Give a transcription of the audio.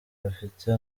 bafite